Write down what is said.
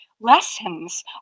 lessons